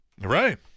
Right